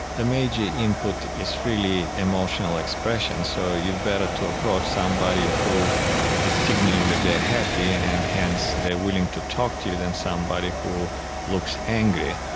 the major input is really emotional expression. so you're better to approach somebody who is signalling that they are happy and hence they are willing to talk to you than somebody who looks angry.